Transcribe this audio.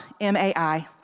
MAI